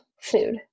food